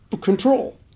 control